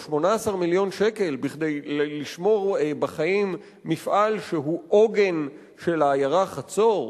על 18 מיליון שקלים כדי לשמור בחיים מפעל שהוא עוגן של העיירה חצור?